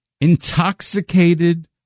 Intoxicated